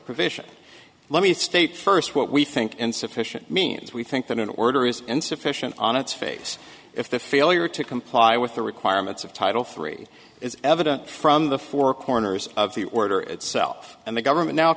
provision let me state first what we think insufficient means we think that an order is insufficient on its face if the failure to comply with the requirements of title three is evident from the four corners of the order itself and the government now